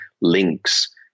links